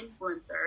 influencer